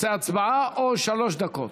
רוצה הצבעה או שלוש דקות?